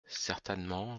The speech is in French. certainement